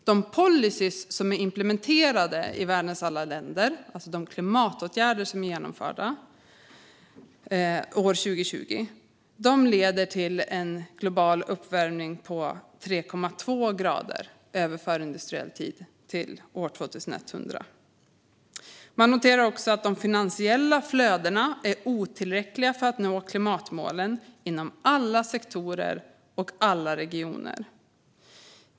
De policyer som är implementerade i världens alla länder, alltså de klimatåtgärder som var genomförda år 2020, leder till en global uppvärmning på 3,2 grader över förindustriell tid till år 2100. Man noterar också att de finansiella flödena är otillräckliga för att nå klimatmålen inom alla sektorer och alla regioner.